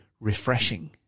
refreshing